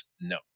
No